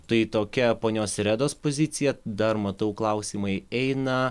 tai tokia ponios irenos pozicija dar matau klausimai eina